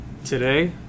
Today